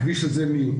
הכביש הזה יותר.